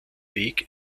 weg